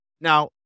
Now